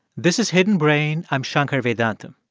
this is hidden brain. i'm shankar vedantam.